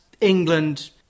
England